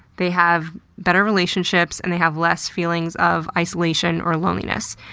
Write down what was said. they have better relationships, and they have less feelings of isolation or loneliness.